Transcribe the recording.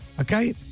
okay